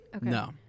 No